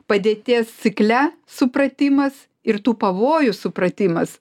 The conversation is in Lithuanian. padėties cikle supratimas ir tų pavojų supratimas